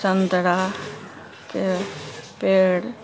सन्तरा के पेड़